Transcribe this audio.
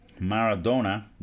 Maradona